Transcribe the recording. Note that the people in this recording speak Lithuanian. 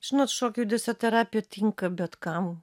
žinot šokio judesio terapija tinka bet kam